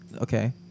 okay